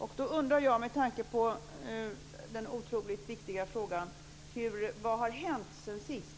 Jag undrar - med tanke på att frågan är otroligt viktig - vad som har hänt sedan sist.